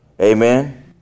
Amen